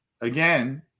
again